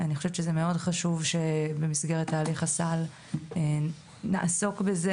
אני חושבת שזה מאוד חשוב שבמסגרת תהליך הסל נעסוק בזה.